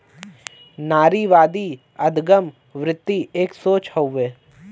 नारीवादी अदगम वृत्ति एक सोच हउए